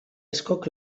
askok